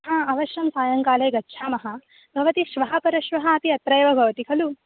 हा अवश्यं सायङ्काले गच्छामः भवती श्वः परश्वः अपि अत्रैव भवति खलु